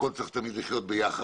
הכול צריך תמיד לחיות ביחד,